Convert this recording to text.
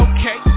Okay